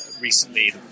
recently